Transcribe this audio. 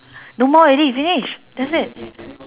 no more already finish that's it